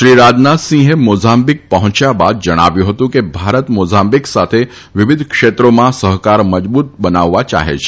શ્રી રાજનાથસિંહે મોઝાંબીક પહોંચ્યા બાદ જણાવ્યું હતું કે ભારત મોઝાંબીક સાથે વિવિધ ક્ષેત્રોમાં સહકાર મજબુત બનાવવા ચાહે છે